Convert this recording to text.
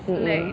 mm mm